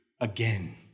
again